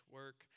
work